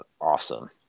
awesome